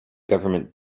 government